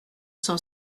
cent